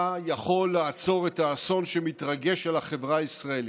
אתה יכול לעצור את האסון שמתרגש על החברה הישראלית,